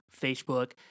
Facebook